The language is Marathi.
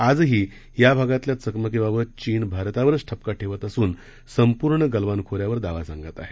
आजही या भागातल्या चकमकीबाबत चीन भारतावरच ठपका ठेवत असून संपूर्ण गलवान खोऱ्यावर दावा सांगत आहे